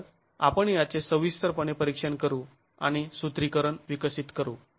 तर आपण याचे सविस्तरपणे परीक्षण करू आणि सूत्रीकरण विकसित करू